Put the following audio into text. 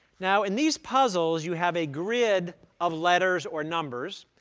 now, in these puzzles, you have a grid of letters or numbers.